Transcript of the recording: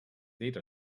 data